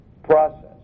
process